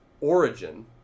origin